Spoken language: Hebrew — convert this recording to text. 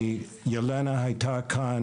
ילנה הייתה כאן.